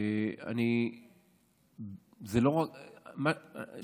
לא היו מספיק ראיות כדי להגשת כתב אישום.